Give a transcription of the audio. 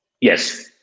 Yes